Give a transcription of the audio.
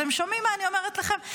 אתם שומעים מה אני אומרת לכם?